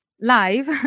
live